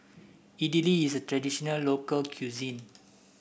idili is a traditional local cuisine